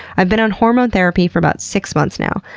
i've been on hormone therapy for about six months now.